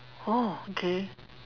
orh okay